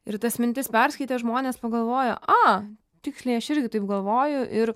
ir tas mintis perskaitę žmonės pagalvoja a tiksliai aš irgi taip galvoju ir